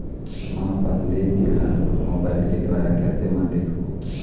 म अपन देय बिल ला मोबाइल के द्वारा कैसे म देखबो?